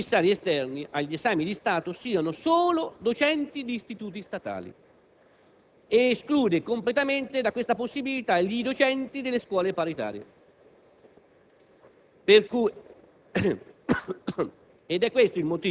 legge in esame prevede che i commissari esterni agli esami di Stato siano solo docenti di istituti statali, escludendo completamente da tale possibilità i docenti delle scuole paritarie.